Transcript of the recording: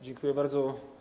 Dziękuję bardzo.